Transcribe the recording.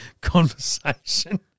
conversation